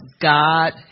God